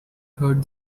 heard